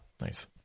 nice